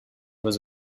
was